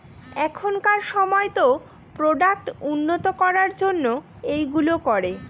এখনকার সময়তো প্রোডাক্ট উন্নত করার জন্য এইগুলো করে